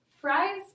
Fries